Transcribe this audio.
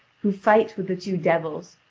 who fight with the two devils,